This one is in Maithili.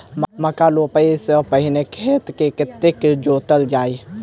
मक्का रोपाइ सँ पहिने खेत केँ कतेक जोतल जाए?